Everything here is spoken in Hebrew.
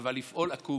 אבל לפעול עקום.